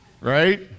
right